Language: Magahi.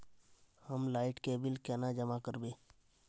हम लाइट के बिल केना जमा करबे?